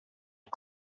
are